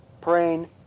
praying